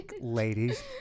ladies